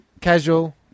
Casual